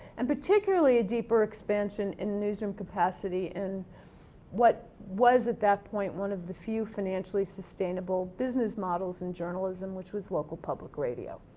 and particularly a deeper expansion in newsroom capacity in what was at that point one of the few financially sustainable business models in journalism, which was local public radio.